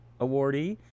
awardee